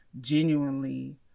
genuinely